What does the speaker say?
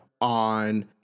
on